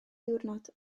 diwrnod